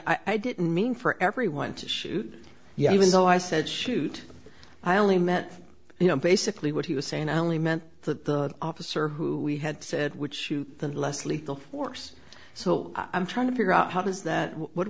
know i didn't mean for everyone to shoot you even though i said shoot i only meant you know basically what he was saying i only meant that the officer who we had said which the less lethal force so i'm trying to figure out how does that what